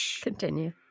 Continue